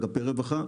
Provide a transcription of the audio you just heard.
אגפי רווחה.